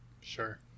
sure